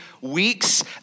weeks